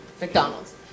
McDonald's